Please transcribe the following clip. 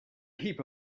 heap